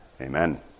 Amen